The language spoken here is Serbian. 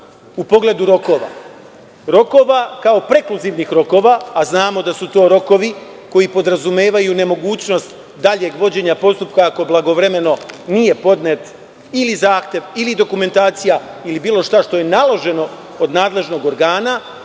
u pogledu rokova, kao prekluzivnih rokova, a znamo da su to rokovi koji podrazumevaju nemogućnost daljeg vođenja postupka ako blagovremeno nije podnet ili zahtev ili dokumentacija ili bilo šta što je naloženo od nadležnih organa,